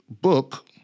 book